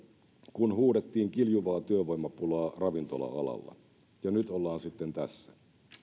kun huudettiin kiljuvaa työvoimapulaa ravintola alalla ja nyt ollaan sitten tässä